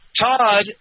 Todd